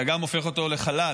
אתה גם הופך אותו לחלל,